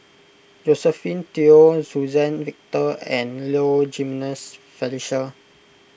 Josephine Teo Suzann Victor and Low Jimenez Felicia